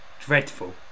dreadful